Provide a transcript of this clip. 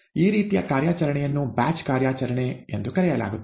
ಈ ರೀತಿಯ ಕಾರ್ಯಾಚರಣೆಯನ್ನು ಬ್ಯಾಚ್ ಕಾರ್ಯಾಚರಣೆ ಎಂದು ಕರೆಯಲಾಗುತ್ತದೆ